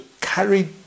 carry